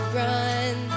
run